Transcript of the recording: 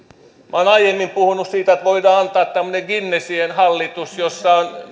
olen aiemmin puhunut siitä että voidaan antaa nimeksi guinnessin hallitus jolloin pääsee